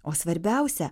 o svarbiausia